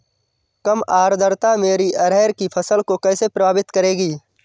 कम आर्द्रता मेरी अरहर की फसल को कैसे प्रभावित करेगी?